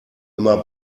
immer